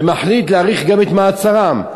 ומחליט להאריך גם את מעצרם?